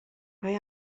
mae